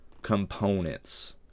components